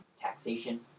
taxation